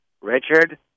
Richard